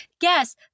Guess